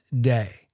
day